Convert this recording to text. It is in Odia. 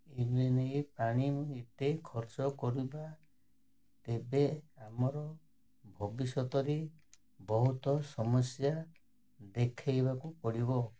ଏବେ ନେଇ ପାଣି ମୁଁ ଏତେ ଖର୍ଚ୍ଚ କରିବା ତେବେ ଆମର ଭବିଷ୍ୟତରେ ବହୁତ ସମସ୍ୟା ଦେଖେଇବାକୁ ପଡ଼ିବ